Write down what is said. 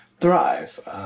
Thrive